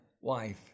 wife